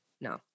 No